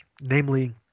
namely